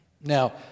Now